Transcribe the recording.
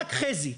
רק חזי,